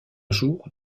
jour